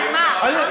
במה?